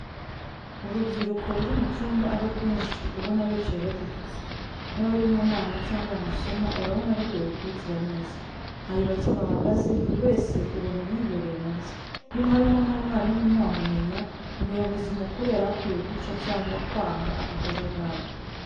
Urubyiruko ruri mu cyumba ari rwinshi, ubona bicaye bacucitse. Niba bari mu nama cyangwa mu masomo urabona bigoye gukurikira neza. Hari bake bahagaze buri wese ubona yibereye mu bye. Niba harimo n'umwarimu ntiwamumenya. Umuyobozi mukuru yari akwiye guca, cyangwa kwanga aka kajagari.